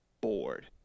bored